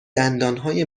دندانهای